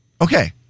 Okay